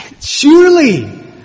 surely